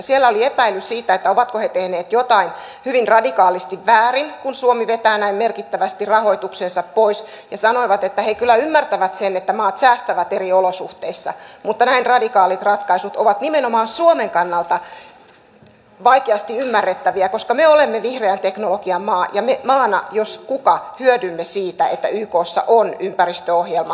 siellä oli epäily siitä ovatko he tehneet jotain hyvin radikaalisti väärin kun suomi vetää näin merkittävästi rahoituksensa pois ja sanoivat että he kyllä ymmärtävät sen että maat säästävät eri olosuhteissa mutta näin radikaalit ratkaisut ovat nimenomaan suomen kannalta vaikeasti ymmärrettäviä koska me olemme vihreän teknologian maa ja me maana jos kuka hyödymme siitä että ykssa on ympäristöohjelma